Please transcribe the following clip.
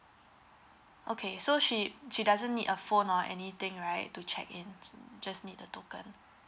okay so she she doesn't need a phone or anything right to check in just need the token